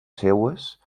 seues